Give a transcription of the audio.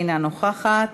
אינה נוכחת,